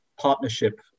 partnership